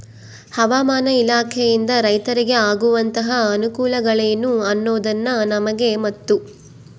ಹವಾಮಾನ ಇಲಾಖೆಯಿಂದ ರೈತರಿಗೆ ಆಗುವಂತಹ ಅನುಕೂಲಗಳೇನು ಅನ್ನೋದನ್ನ ನಮಗೆ ಮತ್ತು?